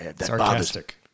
Sarcastic